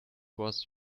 was